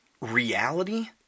reality